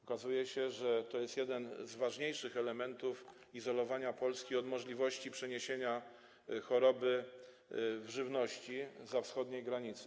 Okazuje się, że jest to jeden z ważniejszych elementów izolowania Polski, ochrony przed możliwością przeniesienia choroby w żywności zza wschodniej granicy.